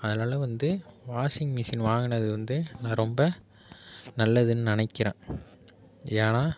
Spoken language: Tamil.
அதனால் வந்து வாஷிங் மிஷின் வாங்கினது வந்து நான் ரொம்ப நல்லதுன்னு நினைக்கிறேன் ஏன்னால்